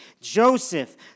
Joseph